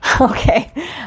Okay